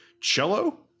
cello